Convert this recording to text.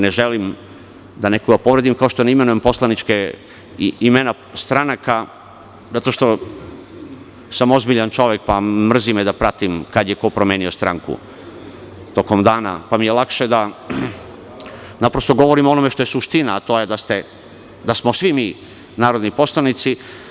Ne želim nekoga da povredim, kao što ne imenujem imena stranaka zato što sam ozbiljan čovek, pa me mrzi da pratim kada je ko promenio stranku tokom dana, pa mi je lakše da govorim o onome što je suština, a to je da smo svi mi narodi poslanici.